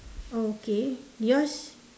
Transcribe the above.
oh okay yours